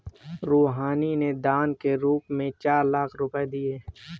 रूहानी ने दान के रूप में चार लाख रुपए दिए